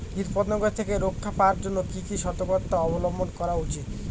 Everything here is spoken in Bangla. কীটপতঙ্গ থেকে রক্ষা পাওয়ার জন্য কি কি সর্তকতা অবলম্বন করা উচিৎ?